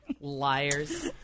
Liars